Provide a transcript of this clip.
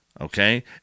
okay